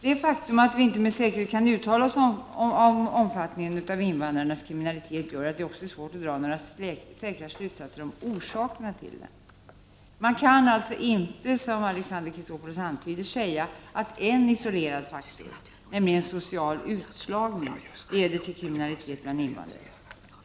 Det faktum att vi inte med säkerhet kan uttala oss om omfattningen av invandrares kriminalitet gör att det också är svårt att dra några säkra slutsatser om orsaken till den. Man kan alltså inte, som Alexander Chrisopoulos antyder, säga att en isolerad faktor — nämligen ”social utslagning” — leder till kriminalitet bland invandrare.